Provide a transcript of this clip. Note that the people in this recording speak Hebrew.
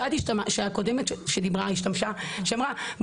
הקודמת שדיברה אמרה,